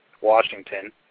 Washington